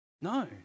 No